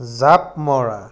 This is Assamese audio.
জাপ মৰা